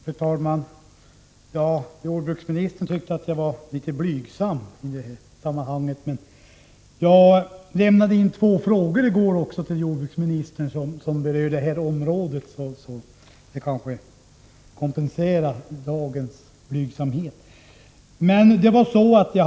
Fru talman! Jordbruksministern tyckte att jag var litet blygsam. Jag kan nämna att jag i går lämnade in två frågor till jordbruksministern som berör det här området, och det kanske kompenserar den blygsamhet jag kan ha visat i dag.